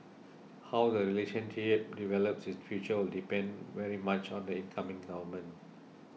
how the relationship develops in future will depend very much on the incoming government